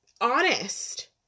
honest